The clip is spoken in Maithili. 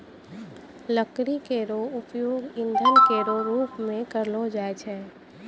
लकड़ी केरो उपयोग ईंधन केरो रूप मे करलो जाय छै